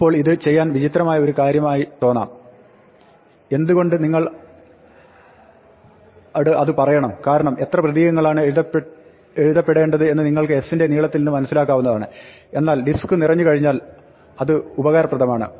ഇപ്പോൾ ഇത് ചെയ്യാൻ വിചിത്രമായ ഒരു കാര്യമായി തോന്നാം എന്ത് കൊണ്ട് അത് നിങ്ങളോട് പറയണം കാരണം എത്ര പ്രതീകങ്ങളാണ് എഴുതപ്പെടേണ്ടതെന്ന് നിങ്ങൾക്ക് s ന്റെ നീളത്തിൽ നിന്ന് മനസ്സിലാവുന്നതാണ് എന്നാൽ ഡിസ്ക്ക് നിറഞ്ഞുകഴിഞ്ഞെങ്കിൽ ഇത് ഉപകാരപ്രദമാണ്